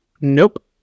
Nope